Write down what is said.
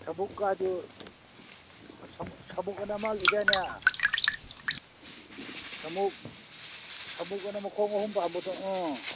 ꯁꯃꯨꯛꯀꯥꯗꯨ ꯁꯃꯨꯛ ꯍꯥꯏꯅ ꯑꯃ ꯂꯩꯗꯥꯏꯅꯦ ꯁꯃꯨꯛ ꯁꯃꯨꯛ ꯍꯥꯏꯅ ꯃꯈꯣꯡ ꯑꯍꯨꯝ ꯄꯥꯟꯕꯗꯣ ꯑ